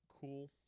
cool